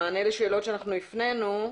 במענה לשאלות שאנחנו הפנינו,